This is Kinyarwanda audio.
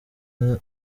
umwe